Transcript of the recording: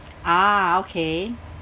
ah okay